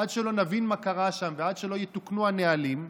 עד שנבין מה קרה שם ועד שיתוקנו הנהלים,